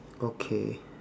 okay